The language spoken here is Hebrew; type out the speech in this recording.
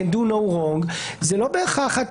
זה לא בהכרח,